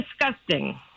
disgusting